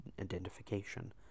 identification